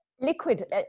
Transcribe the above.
Liquid